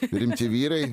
rimti vyrai